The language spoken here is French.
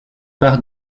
par